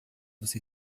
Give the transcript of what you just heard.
você